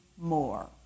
more